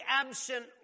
absent